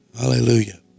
Hallelujah